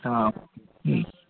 ആഹ്